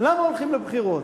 למה הולכים לבחירות?